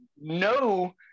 no